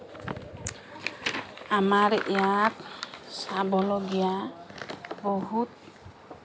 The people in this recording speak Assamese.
আমাৰ ইয়াত চাবলগীয়া বহুত